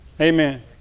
Amen